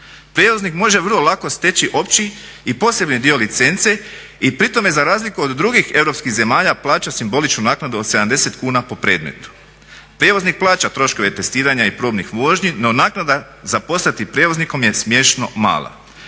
Prijevoznik može vrlo lako steći opći i posebni dio licence i pri tome za razliku od drugih europskih zemalja plaća simboličnu naknadu od 70 kuna po predmetu. Prijevoznik plaća troškove testiranja i probnih vožnji, no naknada za postati prijevoznikom je smiješno mala.